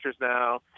now